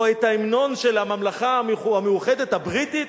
או את ההמנון של הממלכה המאוחדת הבריטית?